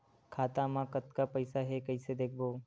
खाता मा कतका पईसा हे कइसे देखबो?